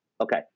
okay